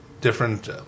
different